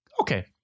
Okay